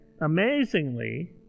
amazingly